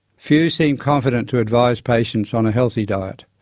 few seem confident to advise patients on a healthy diet.